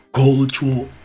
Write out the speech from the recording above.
Culture